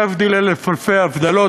להבדיל אלף אלפי הבדלות,